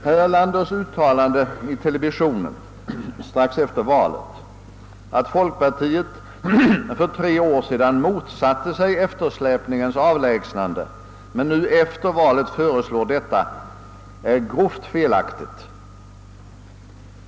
Herr Erlanders uttalande i TV strax efter valet att folkpartiet för tre år sedan motsatte sig eftersläpningens avlägsnande men nu efter valet föreslår detta är grovt felaktigt.